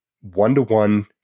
one-to-one